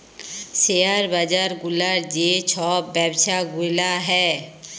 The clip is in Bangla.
শেয়ার বাজার গুলার যে ছব ব্যবছা গুলা হ্যয়